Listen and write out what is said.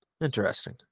Interesting